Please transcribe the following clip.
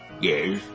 Yes